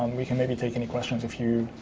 um we can maybe take any questions if you